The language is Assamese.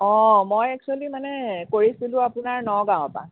অ মই একচুয়েলি মানে কৰিছিলোঁ আপোনাৰ নগাঁৱৰ পৰা